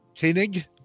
Koenig